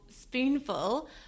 spoonful